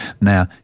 Now